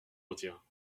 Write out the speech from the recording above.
retire